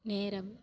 நேரம்